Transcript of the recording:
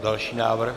Další návrh.